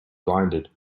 blinded